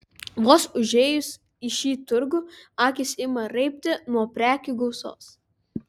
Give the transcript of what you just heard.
vos užėjus į šį turgų akys ima raibti nuo prekių gausos